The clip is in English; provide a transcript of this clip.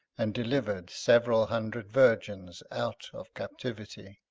and delivered several hundred virgins out of captivity.